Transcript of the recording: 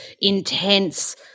intense